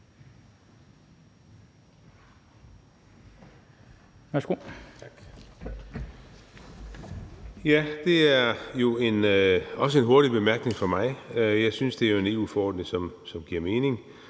Det er jo også en hurtig bemærkning fra mig. Jeg synes, det er en EU-forordning, som giver mening.